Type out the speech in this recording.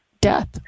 death